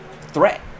threat